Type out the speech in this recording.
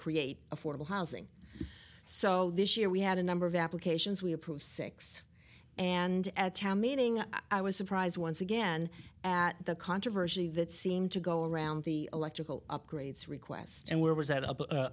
create affordable housing so this year we had a number of applications we approve six and at town meeting i was surprised once again at the controversy that seemed to go around the electrical upgrades request and where was that u